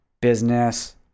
business